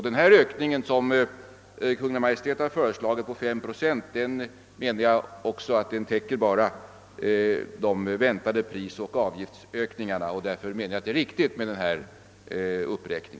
Den ökning med 5 procent som Kungl. Maj:t föreslagit torde täcka endast de väntade prisoch avgiftshöjningarna, och därför anser jag att det är riktigt att göra en ytterligare anslaguppräkning.